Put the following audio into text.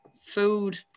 food